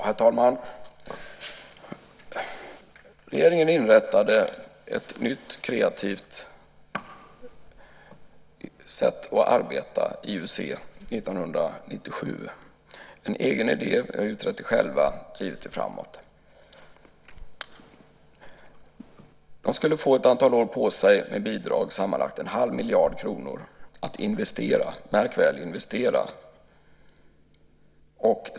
Herr talman! Regeringen inrättade ett nytt kreativt sätt att arbeta på, IUC, 1997. Det var en egen idé. Vi har utrett det själva och drivit det framåt. De skulle få ett antal år på sig med bidrag, sammanlagt en halv miljard kronor, att investera - märk väl: investera .